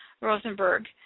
Rosenberg